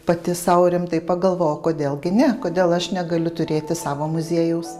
pati sau rimtai pagalvojau o kodėl gi ne kodėl aš negaliu turėti savo muziejaus